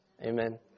Amen